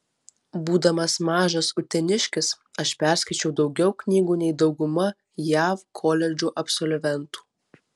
būdamas mažas uteniškis aš perskaičiau daugiau knygų nei dauguma jav koledžų absolventų